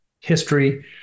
history